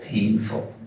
Painful